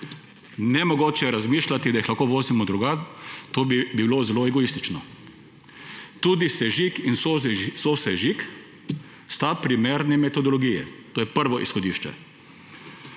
Nemogoče je razmišljati, da jih lahko vozimo drugam, to bi bilo zelo egoistično. Tudi sežig in sosežig sta primerni metodologiji. To je prvo izhodišče.